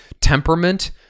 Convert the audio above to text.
temperament